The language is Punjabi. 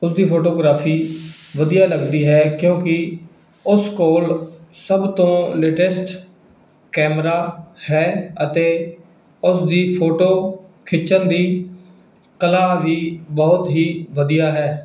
ਉਸ ਦੀ ਫੋਟੋਗ੍ਰਾਫੀ ਵਧੀਆ ਲੱਗਦੀ ਹੈ ਕਿਉਂਕਿ ਉਸ ਕੋਲ ਸਭ ਤੋਂ ਲੇਟੈਸਟ ਕੈਮਰਾ ਹੈ ਅਤੇ ਉਸਦੀ ਫੋਟੋ ਖਿੱਚਣ ਦੀ ਕਲਾ ਵੀ ਬਹੁਤ ਹੀ ਵਧੀਆ ਹੈ